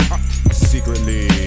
Secretly